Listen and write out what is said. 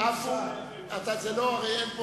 המינויים לקאדים: הצביעו